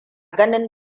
ganin